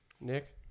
Nick